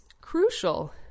crucial